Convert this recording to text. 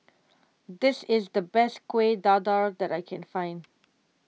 this is the best Kueh Dadar that I can find